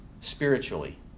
spiritually